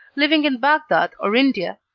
living in bagdad or india.